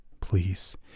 please